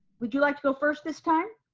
would you like to go first this time?